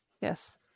Yes